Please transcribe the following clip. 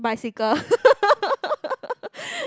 bicycle